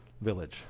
village